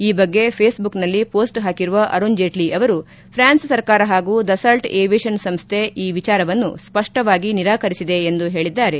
ಈ ಬಗ್ಗೆ ಫೇಸ್ಬುಕ್ನಲ್ಲಿ ಮೋಸ್ಟ್ ಹಾಕಿರುವ ಅರುಣ್ ಜೇಟ್ಟ ಅವರು ಫ್ರಾನ್ಸ್ ಸರ್ಕಾರ ಹಾಗೂ ದುಗಾಲ್ಟ್ ಏವಿಯೇಷನ್ ಸಂಸ್ಥೆ ಈ ವಿಚಾರವನ್ನು ಸ್ಥಷ್ಟವಾಗಿ ನಿರಾಕರಿಸಿದೆ ಎಂದು ಹೇಳಿದ್ದಾರೆ